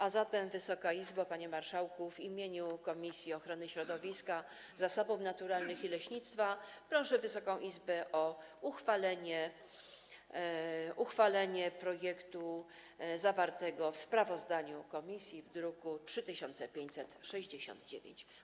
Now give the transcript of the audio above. A zatem, Wysoka Izbo, panie marszałku, w imieniu Komisji Ochrony Środowiska, Zasobów Naturalnych i Leśnictwa proszę Wysoką Izbę o uchwalenie projektu zawartego w sprawozdaniu komisji z druku nr 3569.